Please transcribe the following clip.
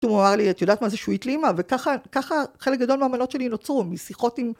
הוא אמר לי את יודעת מה זה שעועית לימה וככה ככה חלק גדול מאמנות שלי נוצרו משיחות עם